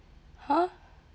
!huh!